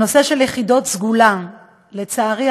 הנושא של "יחידות סגולה" לצערי,